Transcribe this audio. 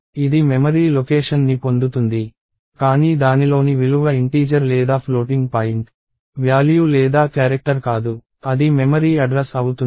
ఇది memory location ని పొందుతుంది కానీ దానిలోని విలువ ఇంటీజర్ లేదా ఫ్లోటింగ్ పాయింట్ వ్యాల్యూ లేదా క్యారెక్టర్ కాదు అది మెమరీ అడ్రస్ అవుతుంది